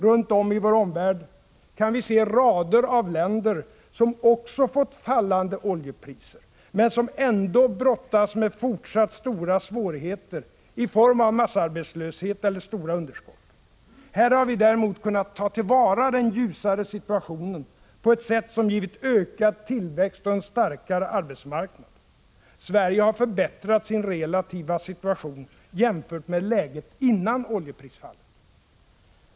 Runt om i vår omvärld kan vi se rader av länder, som också fått fallande oljepriser, men som ändå brottas med fortsatt stora svårigheter i form av massarbetslöshet eller stora underskott. Här har vi däremot kunnat ta till vara den ljusare situationen på ett sätt som givit ökad tillväxt och en starkare arbetsmarknad. Sverige har förbättrat sin relativa situation jämfört med läget före oljeprisfallet.